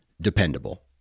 dependable